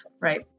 right